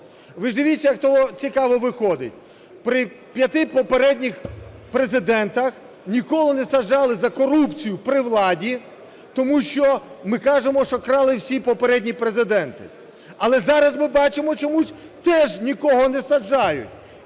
Ви ж дивіться, цікаво виходить: при п'яти попередніх президентах ніколи не саджали за корупцію при владі, тому що ми кажемо, що крали всі попередні президенти. Але зараз ми бачимо, чомусь теж нікого не саджають.